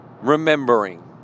remembering